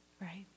Right